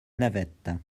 navette